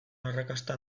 arrakasta